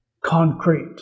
concrete